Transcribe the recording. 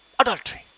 Adultery